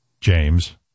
James